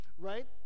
right